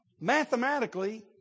Mathematically